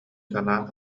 санаан